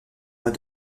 mois